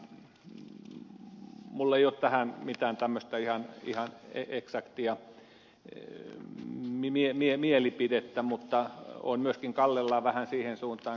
minulla ei ole tähän mitään tämmöistä ihan eksaktia mielipidettä mutta olen myöskin kallellani vähän siihen suuntaan kuin ed